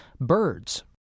birds